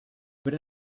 über